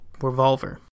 revolver